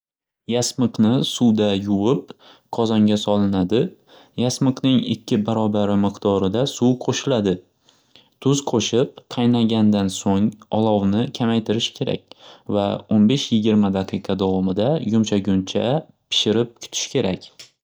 Yasmiqni suvda yuvib qozonga solinadi. Yasmiqning ikki barobari miqdorida suv qo'shiladi tuz qo'shib qaynagandan so'ng olovni kamaytirish kerak va o'n besh yigirma daqiqa davomida yumshaguncha pishirib kutish kerak.